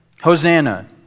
Hosanna